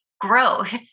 Growth